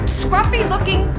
scruffy-looking